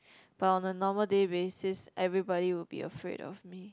but on a normal day basis everybody would be afraid of me